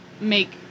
make